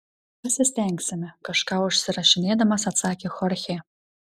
pasistengsime kažką užsirašinėdamas atsakė chorchė